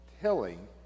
telling